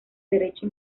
derecho